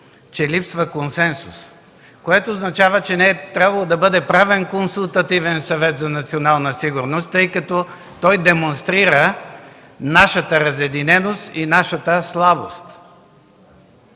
че липсва консенсус, което означава, че не е трябвало да бъде правен Консултативен съвет за национална сигурност, тъй като той демонстрира нашата разединеност и нашата слабост.